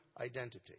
identity